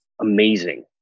amazing